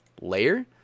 layer